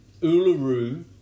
Uluru